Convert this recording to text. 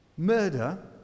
Murder